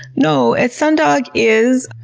no, a sundog is,